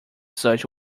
such